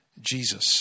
Jesus